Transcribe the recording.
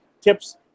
tips